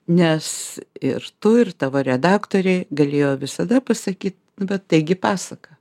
nes ir tu ir tavo redaktoriai galėjo visada pasakyt bet taigi pasaka